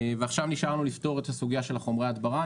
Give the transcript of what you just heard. ועכשיו נשאר לנו לפתור את הסוגיה של חומרי ההדברה.